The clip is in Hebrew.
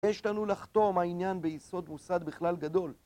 יש לנו לחתום העניין ביסוד מוסד בכלל גדול